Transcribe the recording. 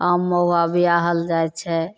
आम महुआ बिआहल जाइ छै